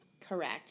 Correct